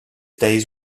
days